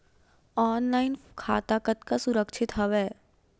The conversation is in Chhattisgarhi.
ऑनलाइन खाता कतका सुरक्षित हवय?